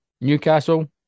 Newcastle